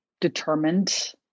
determined